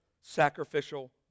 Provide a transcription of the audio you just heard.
sacrificial